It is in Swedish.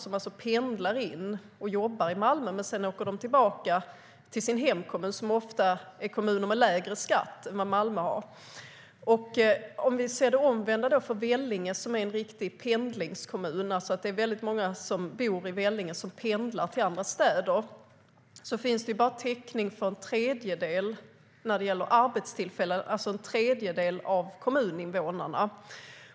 De pendlar alltså in och jobbar i Malmö men åker tillbaka till sin hemkommun, som ofta är en kommun med lägre skatt än Malmö.För Vellinge, som är en riktig pendlingskommun, gäller det omvända. Många som bor i Vellinge pendlar till andra städer. Där finns det bara täckning för en tredjedel av kommuninvånarna när det gäller arbetstillfällen.